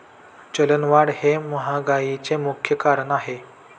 चलनवाढ हे महागाईचे मुख्य कारण आहे